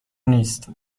نیست